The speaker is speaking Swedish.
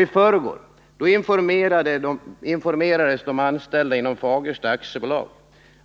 I förrgår informerades de a illda inom Fagersta AB om